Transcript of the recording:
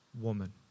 woman